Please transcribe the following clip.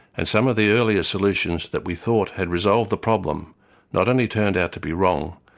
and some of the earlier solutions that we thought had resolved the problem not only turned out to be wrong,